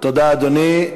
תודה, אדוני.